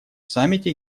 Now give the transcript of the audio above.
саммите